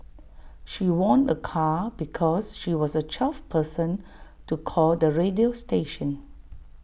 she won A car because she was the twelfth person to call the radio station